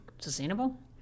Sustainable